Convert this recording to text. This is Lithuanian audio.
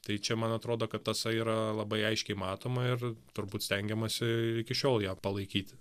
tai čia man atrodo kad tasai yra labai aiškiai matoma ir turbūt stengiamasi iki šiol ją palaikyti